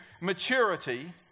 maturity